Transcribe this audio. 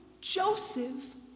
Joseph